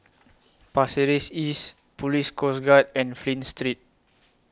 Pasir Ris East Police Coast Guard and Flint Street